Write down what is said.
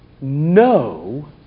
no